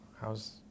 how's